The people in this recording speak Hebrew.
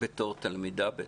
בטח כתלמידה.